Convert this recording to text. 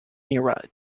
meerut